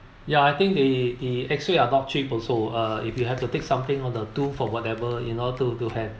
ya I think they they actually are not cheap also uh if you have to take something on the tooth for whatever you know to to have